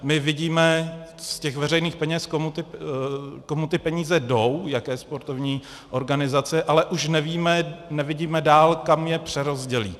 My vidíme z těch veřejných peněz, komu ty peníze jdou, jaké sportovní organizaci, ale už nevíme, nevidíme dál, kam je přerozdělí.